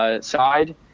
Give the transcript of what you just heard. side